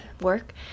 work